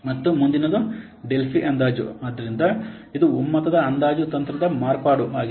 ಮತ್ತು ಮುಂದಿನದು ಡೆಲ್ಫಿ ಅಂದಾಜು ಆದ್ದರಿಂದ ಇದು ಒಮ್ಮತದ ಅಂದಾಜು ತಂತ್ರದ ಮಾರ್ಪಾಡು ಆಗಿದೆ